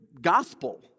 gospel